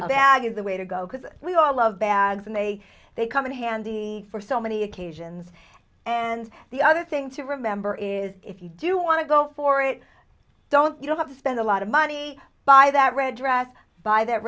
bag is the way to go because we all love bags may they come in handy for so many occasions and the other thing to remember is if you do want to go for it don't you don't have to spend a lot of money by that red dress by that